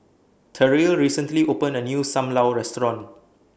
Terrill recently opened A New SAM Lau Restaurant